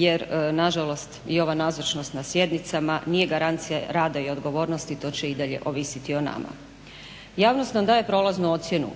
jer nažalost i ova nazočnost na sjednicama nije garancija rada i odgovornosti to će i dalje ovisiti o nama. Javnost nam daje prolaznu ocjenu.